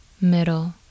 middle